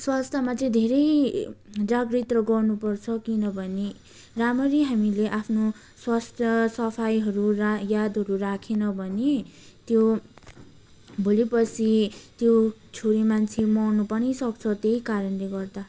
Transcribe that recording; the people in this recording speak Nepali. स्वास्थमा चाहिँ धेरै जागृति गर्नुपर्छ किनभने राम्ररी हामीले आफ्नो स्वास्थ्य सफाइहरू रा यादहरू राखेन भने त्यो भोलिपर्सि त्यो छोरी मान्छे मर्नु पनि सक्छ त्यही कारणले गर्दा